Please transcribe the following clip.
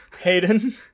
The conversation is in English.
Hayden